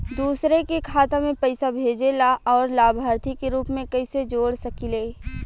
दूसरे के खाता में पइसा भेजेला और लभार्थी के रूप में कइसे जोड़ सकिले?